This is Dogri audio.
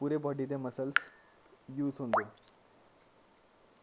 पूरे बेडी दे मसल्स यूज होंदे